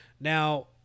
Now